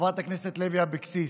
חברת הכנסת לוי אבקסיס,